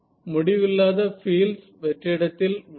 முடிவில்லாத பீல்ட்ஸ் வெற்றிடத்தில் உள்ளன